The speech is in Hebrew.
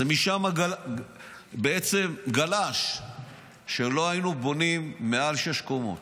זה משם גלש שלא היינו בונים מעל שש קומות,